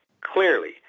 clearly